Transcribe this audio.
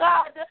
God